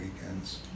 weekends